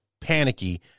panicky